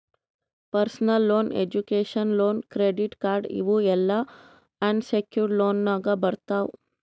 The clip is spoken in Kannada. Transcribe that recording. personal loan, education loan, credit card ಇವ್ ಎಲ್ಲಾ ಅನ್ ಸೆಕ್ಯೂರ್ಡ್ ಲೋನ್ನಾಗ್ ಬರ್ತಾವ್